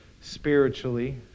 spiritually